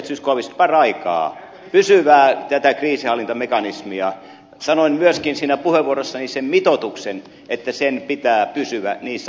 zyskowicz paraikaa tätä pysyvää kriisinhallintamekanismia sanoin myöskin siinä puheenvuorossani sen mitoituksen että sen pitää pysyä niissä rajoissa